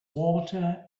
water